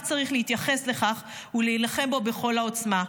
וכך צריך להתייחס לכך, ולהילחם בו בכל העוצמה.